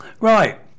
right